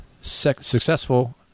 successful